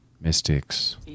mystics